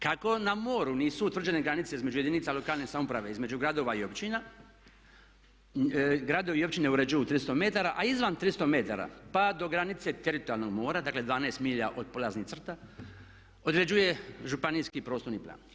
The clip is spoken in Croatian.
Kako na moru nisu utvrđene granice između jedinica lokalne samouprave, između gradova i općina gradovi i općine uređuju 300 metara, a izvan 300 metara pa do granice teritorijalnog mora dakle 12 milja od polaznih crta određuje županijski prostorni plan.